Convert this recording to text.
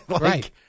Right